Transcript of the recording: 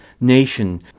nation